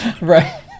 Right